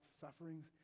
sufferings